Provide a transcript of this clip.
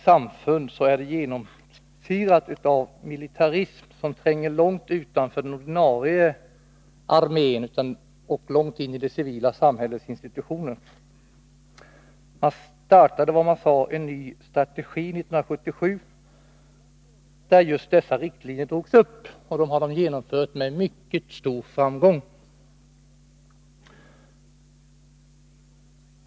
Landet är genomsyrat av en militarism som tränger långt utanför den ordinarie armén och långt in i det civila samhällets institutioner. 1977 startades vad man kallade en ny strategi, där riktlinjerna för denna militarisering drogs upp. Dessa riktlinjer har man fullföljt med mycket stor framgång.